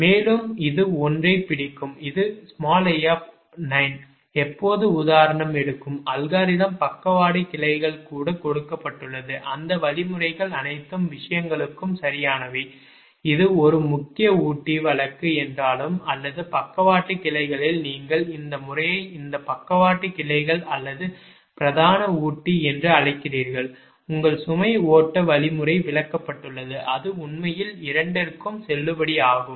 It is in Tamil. மேலும் இது ஒன்றைப் பிடிக்கும் இது i எப்போது உதாரணம் எடுக்கும் அல்காரிதம் பக்கவாட்டு கிளைகள் கூட கொடுக்கப்பட்டுள்ளது அந்த வழிமுறைகள் அனைத்து விஷயங்களுக்கும் சரியானவை இது ஒரு முக்கிய ஊட்டி வழக்கு என்றாலும் அல்லது பக்கவாட்டு கிளைகளில் நீங்கள் இந்த முறையை இந்த பக்கவாட்டு கிளைகள் அல்லது பிரதான ஊட்டி என்று அழைக்கிறீர்கள் உங்கள் சுமை ஓட்ட வழிமுறை விளக்கப்பட்டுள்ளது அது உண்மையில் இரண்டிற்கும் செல்லுபடியாகும்